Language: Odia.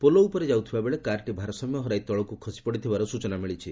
ପୋଲ ଉପରେ ଯାଉଥିବା ବେଳେ କାର୍ଟି ଭାରସାମ୍ୟ ହରାଇ ତଳକୁ ଖସିପଡ଼ିଥିବାର ସ୍ଟଚନା ମିଳିଛି